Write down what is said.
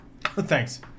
Thanks